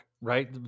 right